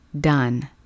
done